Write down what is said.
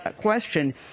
question